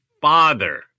father